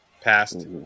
passed